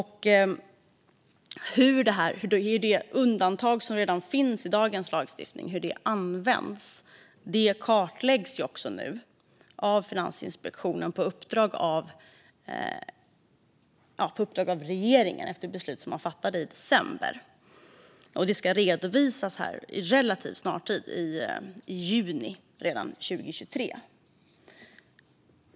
Hur det undantag som redan finns i dagens lagstiftning används kartläggs nu av Finansinspektionen på uppdrag av regeringen, efter ett beslut som fattades i december. Det ska redovisas här relativt snart, redan i juni 2023.